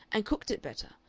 and cooked it better,